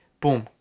Boom